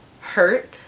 hurt